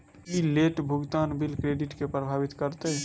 की late भुगतान bill credit केँ प्रभावित करतै?